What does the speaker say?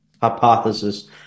hypothesis